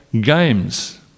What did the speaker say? games